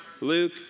Luke